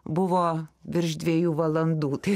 buvo virš dviejų valandų tai